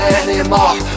anymore